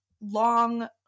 long